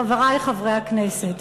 חברי חברי הכנסת,